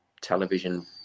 television